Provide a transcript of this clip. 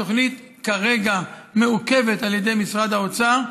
התוכנית כרגע מעוכבת על ידי משרד האוצר.